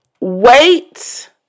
wait